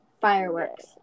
fireworks